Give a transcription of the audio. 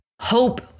hope